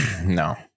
no